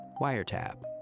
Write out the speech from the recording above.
wiretap